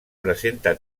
presenta